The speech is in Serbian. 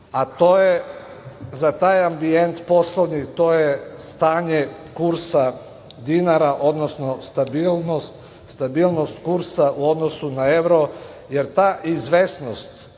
To je, za taj ambijent poslovni, to je stanje kursa dinara, odnosno stabilnost kursa u odnosu na evro, jer ta izvesnost,